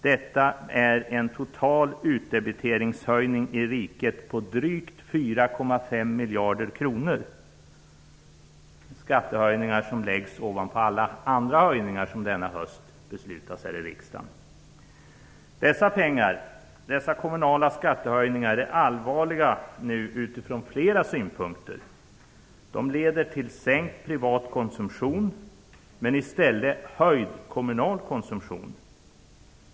Detta är en total utdebiteringshöjning i riket på drygt 4,5 miljarder kronor - skattehöjningar som läggs ovanpå alla andra höjningar som denna höst beslutas här i riksdagen. Dessa kommunala skattehöjningar är allvarliga utifrån flera synpunkter. De leder till sänkt privat konsumtion men i stället höjd kommunal konsumtion.